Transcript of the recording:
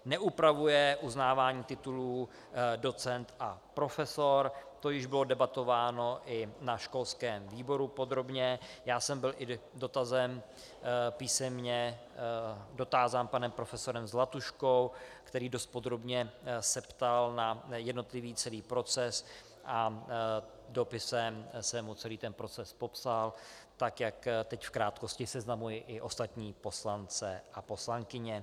Neupravuje uznávání titulů docent a profesor, to již bylo debatováno i na školském výboru podrobně, já jsem byl i dotazem písemně dotázán panem profesorem Zlatuškou, který dost podrobně se ptal na jednotlivý celý proces, a dopisem jsem mu celý ten proces popsal tak, jak teď v krátkosti seznamuji i ostatní poslance a poslankyně.